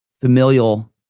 familial